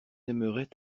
aimerait